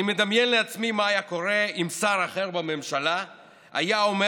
אני מדמיין לעצמי מה היה קורה אם שר אחר בממשלה היה אומר